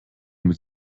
mit